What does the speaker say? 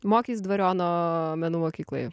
mokeis dvariono menų mokykloje